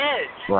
Edge